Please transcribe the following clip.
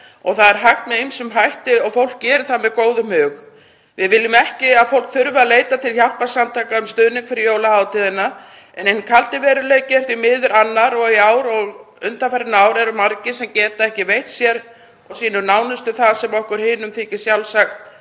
og það er hægt með ýmsum hætti og fólk gerir það með góðum hug. Við viljum ekki að fólk þurfi að leita til hjálparsamtaka um stuðning fyrir jólahátíðina en hinn kaldi veruleiki er því miður annar og í ár og undanfarin ár hafa margir ekki getað veitt sér og sínum nánustu það sem okkur hinum þykir sjálfsagt